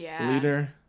leader